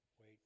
Wait